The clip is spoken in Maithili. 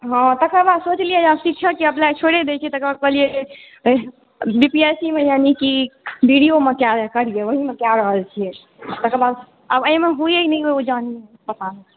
हँ तकर बाद सोचलियै रऽ शिक्षकके अपलाइ छोड़ि दय छी तकर बाद कहलियै जे बीपीएससीमे यानिकि बी डी ओमे करियै वएहमे कए रहल छी तकर बाद एहिमे होइए नहि की जानी